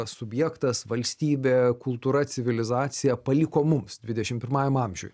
subjektas valstybė kultūra civilizacija paliko mums dvidešimt pirmajam amžiuj